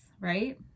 Right